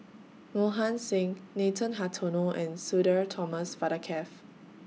Mohan Singh Nathan Hartono and Sudhir Thomas Vadaketh